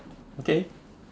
okay